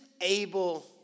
able